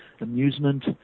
amusement